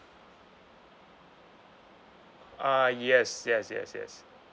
ah yes yes yes yes